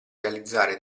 realizzare